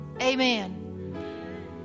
Amen